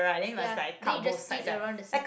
ya then you just eat around the seed